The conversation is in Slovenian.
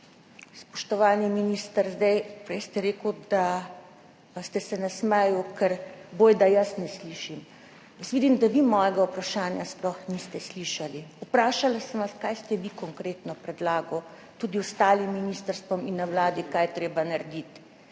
Spoštovani minister, prej ste rekli, da ste se nasmejali, ker bojda jaz ne slišim. Jaz vidim, da vi mojega vprašanja sploh niste slišali. Vprašala sem vas, kaj ste vi konkretno predlagali tudi ostalim ministrstvom in na Vladi, kaj je treba narediti.